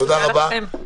תודה רבה.